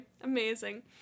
Amazing